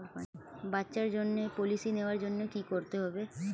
বাচ্চার জন্য পলিসি নেওয়ার জন্য কি করতে হবে?